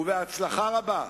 ובהצלחה רבה,